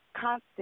constant